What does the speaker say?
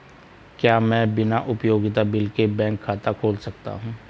क्या मैं बिना उपयोगिता बिल के बैंक खाता खोल सकता हूँ?